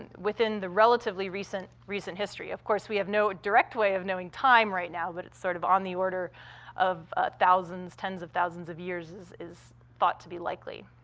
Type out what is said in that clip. and within the relatively recent recent history. of course, we have no direct way of knowing time right now, but it's sort of on the order of ah thousands, tens of thousands of years, is thought to be likely.